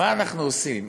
מה אנחנו עושים.